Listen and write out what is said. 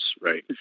right